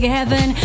heaven